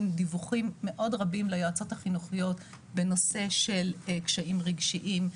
דיווחים מאוד רבים ליועצות החינוכיות בנושא של קשיים רגשיים,